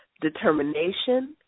determination